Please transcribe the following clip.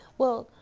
well,